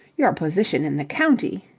your position in the county.